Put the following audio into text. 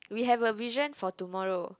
we have a vision for tomorrow